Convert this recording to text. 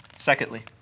Secondly